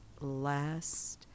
last